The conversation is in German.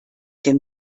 dem